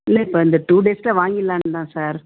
இல்லை இப்போ இந்த டூ டேஸில் வாங்கிடலான்னுதான் சார்